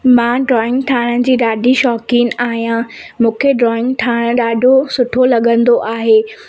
मां ड्रॉइंग ठाहिण जी ॾाढी शक़ीनु आहियां मूंखे ड्रॉइंग ठाहिण ॾाढो सुठो लॻंदो आहे